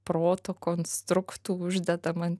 proto konstruktų uždedam ant